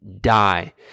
die